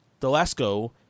Delasco